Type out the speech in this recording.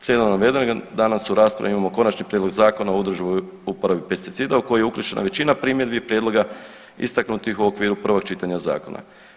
Slijedom navedenog, danas u raspravi imamo Konačni prijedlog Zakona o održivoj uporabi pesticida u koji je uključena većina primjedbi i prijedloga istaknutih u okviru prvog čitanja zakona.